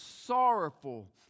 sorrowful